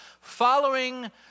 following